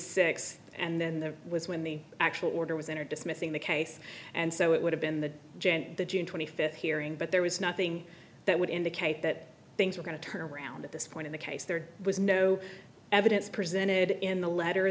sixth and then there was when the actual order was entered dismissing the case and so it would have been the gente the june twenty fifth hearing but there was nothing that would indicate that things were going to turn around at this point in the case there was no evidence presented in the letter